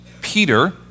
Peter